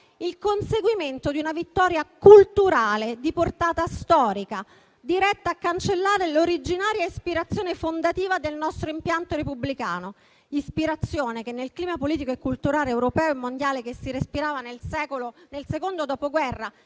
il conseguimento di una vittoria culturale di portata storica diretta a cancellare l'originaria ispirazione fondativa del nostro impianto repubblicano. Ispirazione che, nel clima politico e culturale europeo e mondiale che si respirava nel secondo dopoguerra